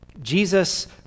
Jesus